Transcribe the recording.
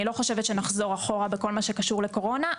אני לא חושבת שנחזור אחורה בכל מה שקשור לקורונה.